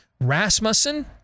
Rasmussen